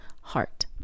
heart